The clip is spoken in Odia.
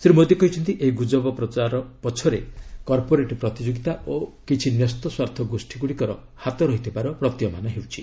ଶ୍ରୀ ମୋଦୀ କହିଛନ୍ତି ଏହି ଗୁଜବ ପ୍ରଚାର ପଛରେ କର୍ପୋରେଟ୍ ପ୍ରତିଯୋଗୀତା ଓ କିଛି ନ୍ୟସ୍ତ ସ୍ୱାର୍ଥ ଗୋଷ୍ଠୀ ଗୁଡ଼ିକର ହାତ ରହିଥିବାର ପ୍ରତୀୟମାନ ହେଉଛି